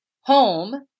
home